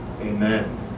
Amen